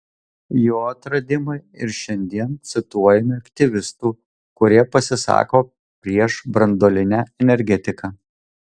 jo atradimai ir šiandien cituojami aktyvistų kurie pasisako prieš branduolinę energetiką